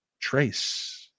trace